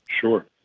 Sure